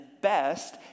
best